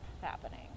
happening